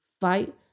fight